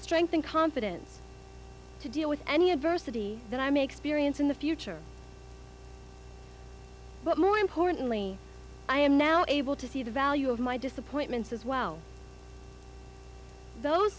strength and confidence to deal with any adversity that i may experience in the future but more importantly i am now able to see the value of my disappointments as well those